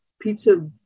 pizza